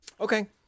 Okay